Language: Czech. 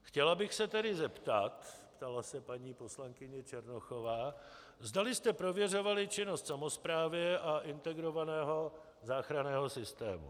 Chtěla bych se tedy zeptat, ptala se paní poslankyně Černochová, zdali jste prověřovali činnost samosprávy a integrovaného záchranného systému.